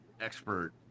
Expert